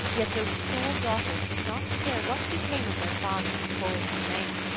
yet those cruel daughters did not care what became of their father in the cold and the rain,